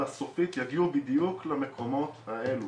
והסופית יגיעו בדיוק למקומות האלה.